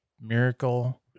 Miracle